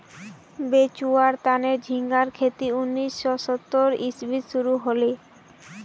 बेचुवार तने झिंगार खेती उन्नीस सौ सत्तर इसवीत शुरू हले